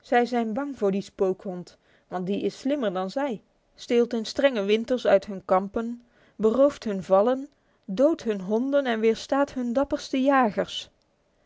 zij zijn bang voor die spookhond want die is slimmer dan zij steelt in strenge winters uit hun kampen berooft hun vallen doodt hun honden en weerstaat hun dapperste jagers